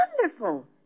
wonderful